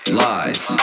lies